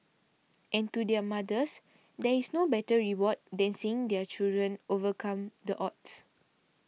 and to their mothers there is no better reward than seeing their children overcome the odds